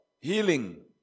healing